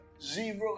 Zero